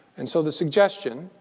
and so, the suggestion,